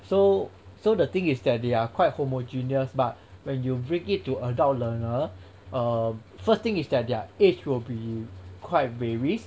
so so the thing is that they are quite homogeneous but when you bring it to adult learner um first thing is that their age will be quite varies